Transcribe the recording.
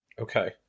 Okay